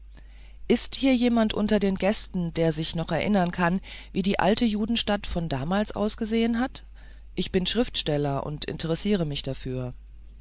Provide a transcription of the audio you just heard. ist hier niemand unter den gästen der sich noch erinnern kann wie die alte judenstadt von damals ausgesehen hat ich bin schriftsteller und interessiere mich dafür